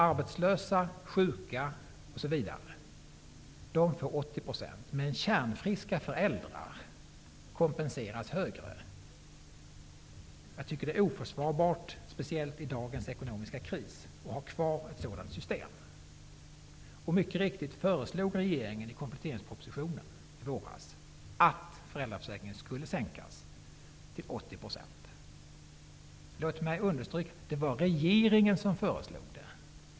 Arbetslösa, sjuka osv. får 80 %, men kärnfriska föräldrar kompenseras högre. Jag tycker att det är oförsvarbart, speciellt i dagens ekonomiska kris, att ha kvar ett sådant system. Regeringen föreslog mycket riktigt i kompletteringspropositionen i våras att föräldraförsäkringen skulle sänkas till 80 %. Låt mig understryka att det var regeringen som föreslog det.